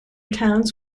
towns